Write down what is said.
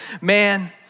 man